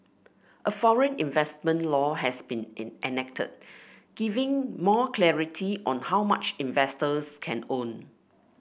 a foreign investment law has been in enacted giving more clarity on how much investors can own